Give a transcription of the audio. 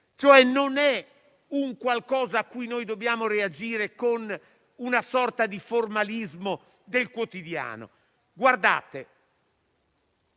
Non è un qualcosa a cui dobbiamo reagire con una sorta di formalismo del quotidiano. Colleghi,